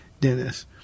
Dennis